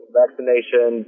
vaccination